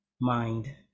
mind